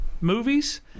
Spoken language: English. movies